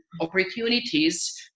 opportunities